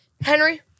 Henry